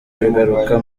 bigaruka